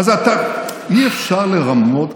אי-אפשר לרמות.